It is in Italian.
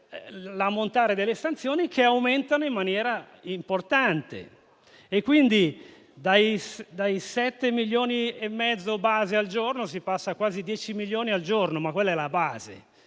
l'ammontare delle sanzioni, che aumentano in maniera importante: dai 7,5 milioni base al giorno si passa a quasi 10 milioni al giorno. Quella è la base,